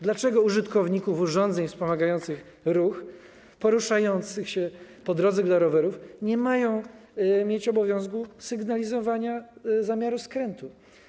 Dlaczego użytkownicy urządzeń wspomagających ruch poruszający się po drodze dla rowerów nie mają mieć obowiązku sygnalizowania zamiaru skrętu?